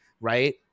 right